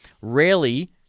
rarely